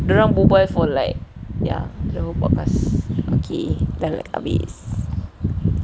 dia orang berbual for like ya dia punya podcast okay dah habis